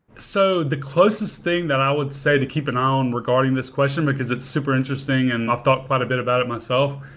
so the closest thing that i would say to keep an eye on regarding this question, because it's super interesting and i've thought quite a bit about it myself,